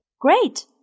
Great